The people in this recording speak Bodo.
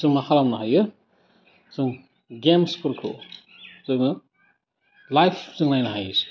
जों मा खालामनो हायो जों गेम्सफोरखौ जोङो लाइभ जों नायनो हायो